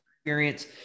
experience